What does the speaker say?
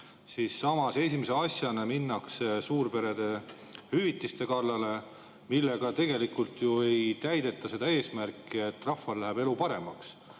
siis samas esimese asjana mindi suurperede hüvitiste kallale, millega tegelikult ju ei täideta seda eesmärki, et rahval läheks elu paremaks.